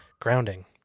Grounding